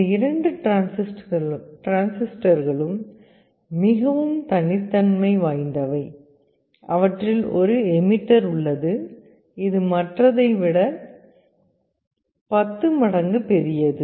இந்த இரண்டு டிரான்சிஸ்டர்களும் மிகவும் தனித்தன்மை வாய்ந்தவை அவற்றில் ஒரு எமிட்டர் உள்ளது இது மற்றதை விட 10 மடங்கு பெரியது